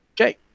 Okay